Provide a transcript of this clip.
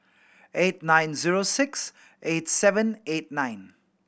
eight nine zero six eight seven eight nine